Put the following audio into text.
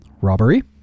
robbery